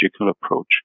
approach